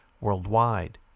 worldwide